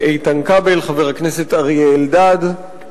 אני מתכבד להביא בפני הכנסת הצעת חוק לתיקון